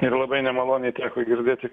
ir labai nemaloniai teko girdėti